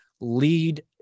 lead